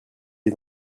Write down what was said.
est